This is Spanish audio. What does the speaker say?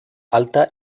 alta